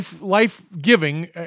life-giving